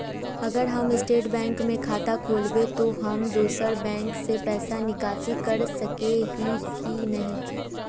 अगर हम state bank में खाता खोलबे तो हम दोसर बैंक से पैसा निकासी कर सके ही की नहीं?